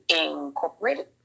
Incorporated